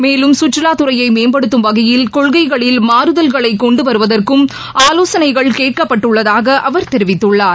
மேலும் கற்றுவாத்துறையை மேம்படுத்தும் வகையில் கொள்கைகளில் மாறுதல்களை கொண்டு வருவதற்கும் ஆலோசனைகள் கேட்கப்பட்டுள்ளதாக அவர் தெரிவித்துள்ளார்